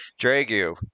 Dragu